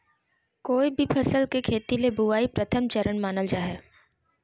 कोय भी फसल के खेती ले बुआई प्रथम चरण मानल जा हय